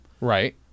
right